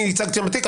אני ייצגתי שם בתיק,